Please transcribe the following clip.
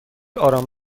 آرام